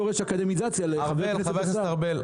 אני ------ חבר הכנסת ארבל,